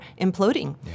imploding